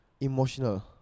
emotional